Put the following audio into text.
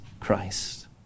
Christ